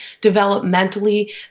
developmentally